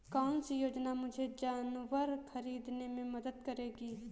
कौन सी योजना मुझे जानवर ख़रीदने में मदद करेगी?